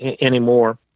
anymore